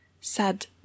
sad